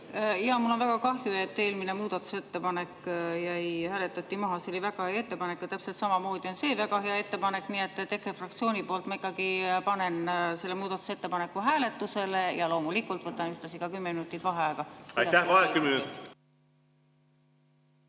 Jaa, mul on väga kahju, et eelmine muudatusettepanek hääletati maha, see oli väga hea ettepanek. Täpselt samamoodi on see väga hea ettepanek, nii et EKRE fraktsiooni poolt ma ikkagi panen selle muudatusettepaneku hääletusele ja loomulikult võtan ühtlasi kümme minutit vaheaega. Jaa, mul on